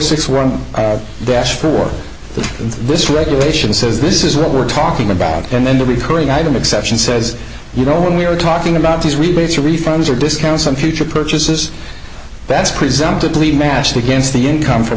six one dash for this regulation says this is what we're talking about and then the recurring item exception says you know when we are talking about these rebates refunds are discounts on future purchases that's presented to lead nationally against the income from